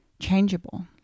changeable